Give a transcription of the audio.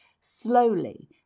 slowly